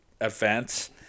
events